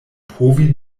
povi